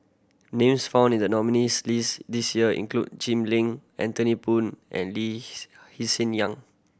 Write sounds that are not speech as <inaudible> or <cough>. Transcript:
names found in the nominees' list this year include Jim Lim Anthony Poon and Lee <unintelligible> Lee Hsien Yang